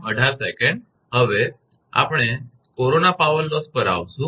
હવે આપણે corona power loss પર આવીશું